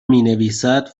مینویسد